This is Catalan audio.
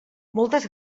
moltes